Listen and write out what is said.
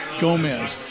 Gomez